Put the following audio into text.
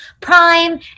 prime